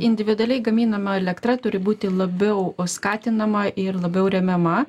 individualiai gaminama elektra turi būti labiau skatinama ir labiau remiama